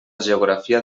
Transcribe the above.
geografia